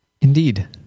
Indeed